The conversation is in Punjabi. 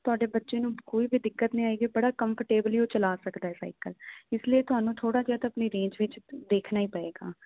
ਤੁਹਾਡੇ ਬੱਚੇ ਨੂੰ ਕੋਈ ਵੀ ਦਿੱਕਤ ਨਹੀਂ ਆਏਗੀ ਵੀ ਬੜਾ ਕੰਫਰਟੇਬਲ ਹੀ ਉਹ ਚਲਾ ਸਕਦਾ ਸਾਈਕਲ ਇਸ ਲਈ ਤੁਹਾਨੂੰ ਥੋੜਾ ਜਿਹਾ ਤਾਂ ਆਪਣੀ ਰੇਂਜ ਵਿੱਚ ਦੇਖਣਾ ਹੀ ਪਏਗਾ